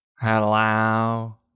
Hello